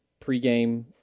pregame